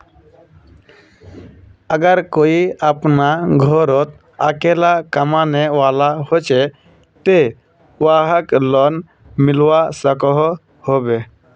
अगर कोई अपना घोरोत अकेला कमाने वाला होचे ते वाहक लोन मिलवा सकोहो होबे?